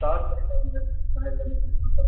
star Taylor பேசுகிறோம் sir